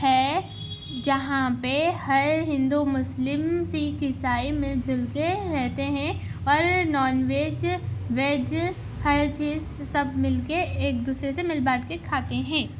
ہے جہاں پہ ہر ہندو مسلم سکھ عیسائی مل جل کے رہتے ہیں اور نان ویج ویج ہر چیز سب مل کے ایک دوسرے سے مل بانٹ کے کھاتے ہیں